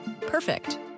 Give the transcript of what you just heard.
Perfect